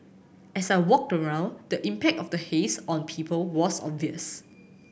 as I walked around the impact of the haze on people was obvious